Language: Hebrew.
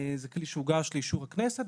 זה כלי שהוגש לאישור הכנסת,